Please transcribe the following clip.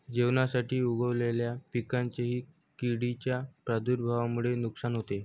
जेवणासाठी उगवलेल्या पिकांचेही किडींच्या प्रादुर्भावामुळे नुकसान होते